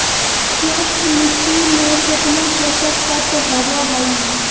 स्वस्थ मिट्टी में केतना पोषक तत्त्व होबो हइ?